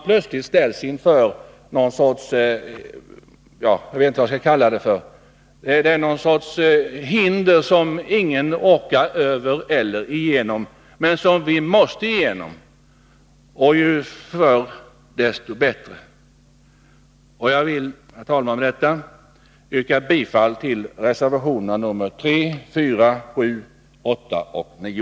Annars riskerar vi att ställas inför någon sorts hinder som ingen orkar forcera, men som ändå måste forceras. Ju förr vi kan göra det, desto bättre är det. Herr talman! Med det anförda yrkar jag bifall till reservationerna 3, 4, 7, 8 och 9.